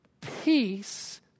Peace